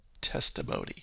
testimony